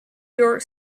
york